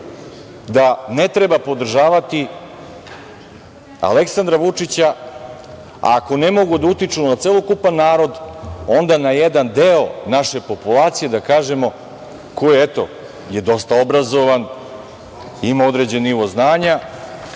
da ne treba podržavati Aleksandra Vučića. Ako ne mogu da utiču na celokupan narod, onda na jedan deo naše populacije, da kažemo koji je, eto, dosta obrazovan, ima određen nivo znanja